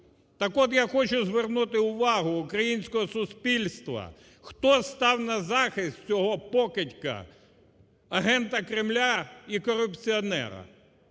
Так, от, я хочу звернути увагу українського суспільства, хто став на захист цього покидька, агента Кремля і корупціонера.